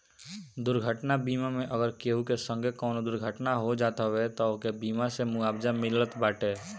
दुर्घटना बीमा मे अगर केहू के संगे कवनो दुर्घटना हो जात हवे तअ ओके बीमा से मुआवजा मिलत बाटे